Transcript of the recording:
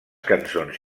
cançons